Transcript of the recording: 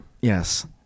Yes